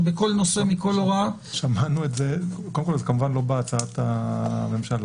קודם כול, זה כמובן לא בהצעת הממשלה.